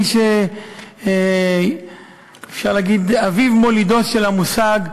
מי שאפשר להגיד שהוא אביו מולידו של המושג,